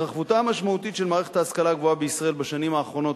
התרחבותה המשמעותית של מערכת ההשכלה הגבוהה בישראל בשנים האחרונות,